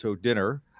dinner